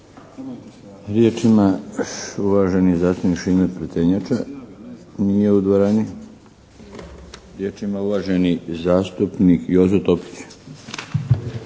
Riječ ima uvaženi zastupnik Šime Prtenjača. Nije u dvorani. Riječ ima uvaženi zastupnik Jozo Topić.